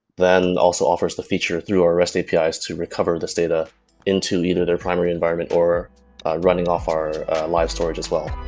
then also offers the feature through our rest apis to recover this data into either their primary environment or running off our live storage as well.